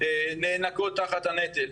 נאנקות תחת הנטל,